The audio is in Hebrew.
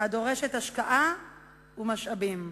הדורשת השקעה ומשאבים.